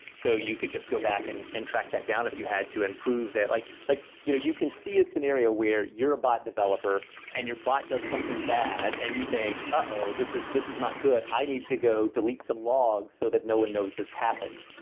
so you could just go back and and track that down if you had to improve like like you know you can see a scenario where you're a bot developer and your bot does something bad and you think, uh-oh, this is this is not good. i need to go delete some logs so that no one knows this happened.